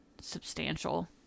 substantial